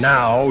Now